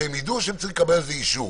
שהם ידעו שהם צריכים לקבל על זה אישור.